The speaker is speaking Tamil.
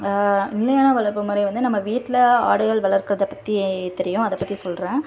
நிலையான வளர்ப்பு முறை வந்து நம்ம வீட்டில ஆடுகள் வளர்க்கிறதப் பற்றி தெரியும் அதை பற்றி சொல்கிறேன்